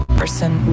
Person